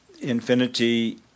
infinity